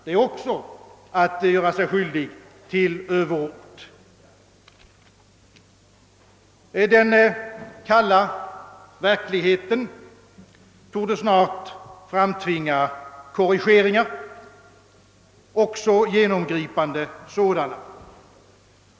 Att hävda något sådant är också att ta till överord. Den kalla verkligheten torde snart framtvinga korrigeringar, och genomgripande sådana.